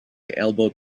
elbowed